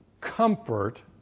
comfort